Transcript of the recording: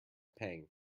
pang